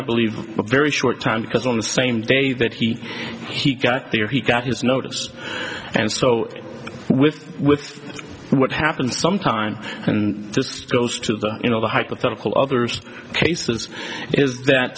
i believe a very short time because on the same day that he got there he got his notice and so with with what happened some time and just goes to the you know the hypothetical others cases is that